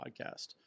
podcast